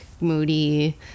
moody